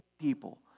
people